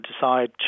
decide